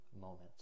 moments